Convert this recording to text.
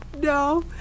No